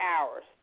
hours